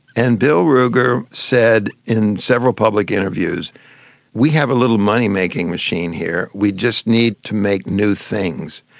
and bill ruger said in several public interviews we have a little money-making machine here, we just need to make new things.